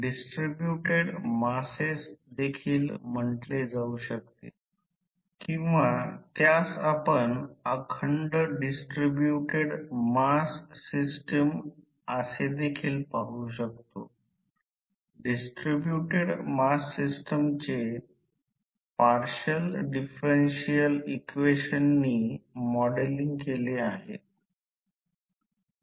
आता R c आणि X m मिळविण्यासाठी ओपन सर्किट चाचणी याचा अर्थ असा की रोहीत्र साठी आम्हाला मापदंड काय आहे ते शोधणे आवश्यक आहे विशेषत R c X m R1 X1 R2 X2 या सर्व गोष्टी मिळवण्याची आवश्यकता आहे